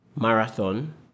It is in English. marathon